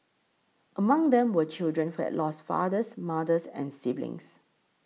among them were children who has lost fathers mothers and siblings